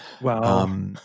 Wow